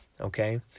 okay